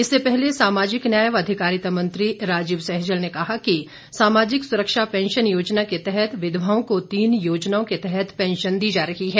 इससे पहले सामाजिक न्याय व अधिकारिता मंत्री राजीव सहजल ने कहा कि सामाजिक सुरक्षा पेंशन योजना के तहत विधवाओं को तीन योजनाओं के तहत पेंशन दी जा रही है